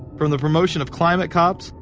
from the promotion of climate cops.